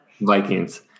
Vikings